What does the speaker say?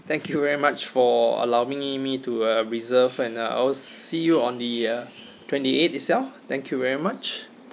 thank you very much for allowing me to uh reserve and uh I'll see you on the uh twenty eight itself thank you very much